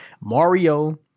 Mario